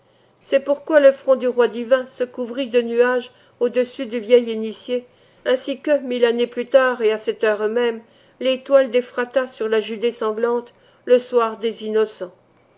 c'est pourquoi le front du roi divin se couvrit de nuages au-dessus du vieil initié ainsi que mille années plus tard et à cette heure même l'étoile d'éphrata sur la judée sanglante le soir des innocents